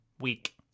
week